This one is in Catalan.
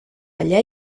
allà